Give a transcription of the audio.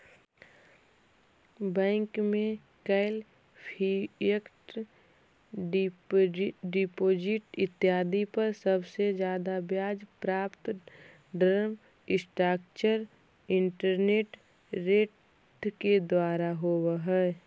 bank में कैल fixed deposit इत्यादि पर सबसे जादे ब्याज के प्राप्ति टर्म स्ट्रक्चर्ड इंटरेस्ट रेट के द्वारा होवऽ हई